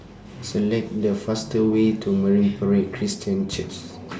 Select The fastest Way to Marine Parade Christian Centre